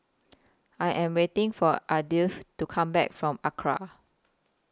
I Am waiting For Ardith to Come Back from Acra